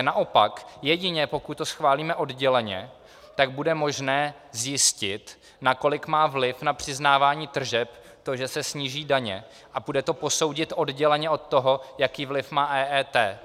Naopak, jedině pokud to schválíme odděleně, bude možné zjistit, nakolik má vliv na přiznávání tržeb to, že se sníží daně, a půjde to posoudit odděleně od toho, jaký vliv má EET.